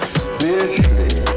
spiritually